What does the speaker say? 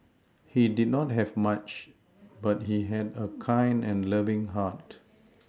he did not have much but he had a kind and loving heart